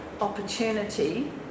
opportunity